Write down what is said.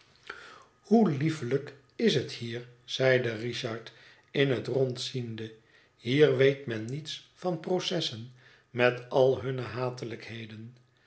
hoe liefelijk is het hier zeide richard in het rond ziende hier weet men niets van processen met al hunne